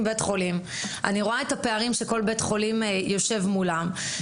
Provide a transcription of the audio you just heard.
אחד לאחד ואני רואה את הפערים שכל בית חולים יושב מולם.